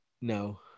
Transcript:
No